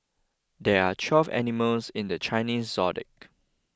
there are twelve animals in the Chinese zodiac